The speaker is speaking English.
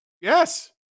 Yes